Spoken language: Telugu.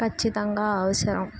ఖచ్చితంగా అవసరం